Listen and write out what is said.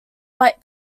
white